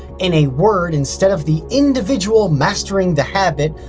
in a word, instead of the individual mastering the habit,